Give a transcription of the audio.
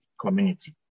community